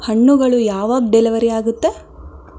ಹಣ್ಣುಗಳು ಯಾವಾಗ ಡೆಲಿವರಿ ಆಗತ್ತೆ